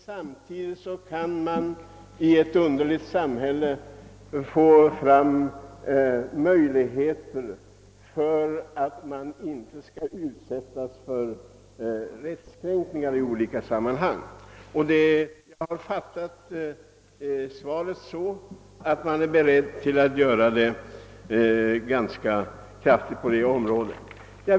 Samtidigt kan man — i ett underligt samhälle — få möjlighet att inte utsättas för rättskränkningar. — Jag har alltså fattat svaret så, att myndigheterna är beredda att genomföra ganska kraftiga ändringar i det avseendet.